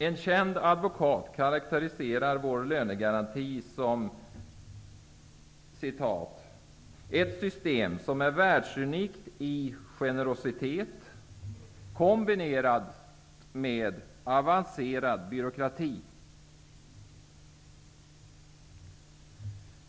En känd advokat karakteriserar vår lönegaranti som ett system som är världsunikt i generositet kombinerat med avancerad byråkrati.